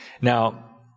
Now